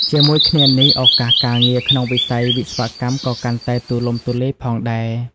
ជាមួយគ្នានេះ ឱកាសការងារក្នុងវិស័យវិស្វកម្មក៏កាន់តែទូលំទូលាយ ផងដែរ។